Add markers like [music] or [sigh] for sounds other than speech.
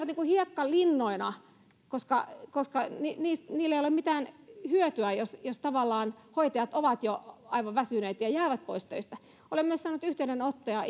[unintelligible] niin kuin hiekkalinnat koska koska niistä ei ole tavallaan mitään hyötyä jos jos hoitajat ovat jo aivan väsyneet ja jäävät pois töistä olen myös saanut yhteydenottoja [unintelligible]